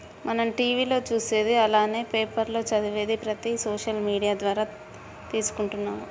మనం టీవీ లో చూసేది అలానే పేపర్ లో చదివేది ప్రతిది సోషల్ మీడియా ద్వారా తీసుకుంటున్నాము